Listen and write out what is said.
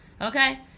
Okay